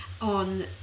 on